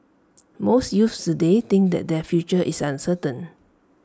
most youths today think that their future is uncertain